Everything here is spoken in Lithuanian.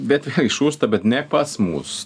bet žūsta bet ne pats mus